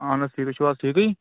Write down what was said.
اَہَن حظ ٹھیٖک تُہۍ چھُو حظ ٹھیٖکٕے